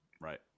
Right